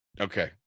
Okay